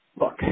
look